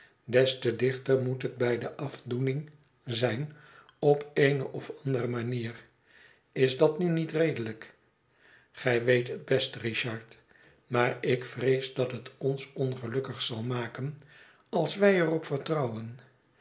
des te dichter moet het bij de afdoening zijn op eene of andere manier is dat nu niet redelijk gij weet het best richard maar ik vrees dat het ons ongelukkig zal maken als wij er op vertrouwen